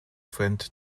friend